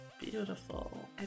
beautiful